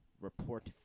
report